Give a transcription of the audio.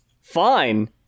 Fine